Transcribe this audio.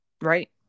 Right